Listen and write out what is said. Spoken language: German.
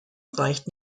reicht